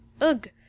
Ugh